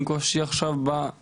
בין אם קושי חברתי.